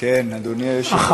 הרי הרב עובדיה, הרב